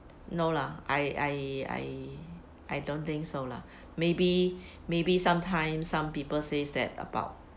no lah I I I I don't think so lah maybe maybe sometime some people says that about